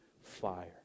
fire